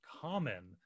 common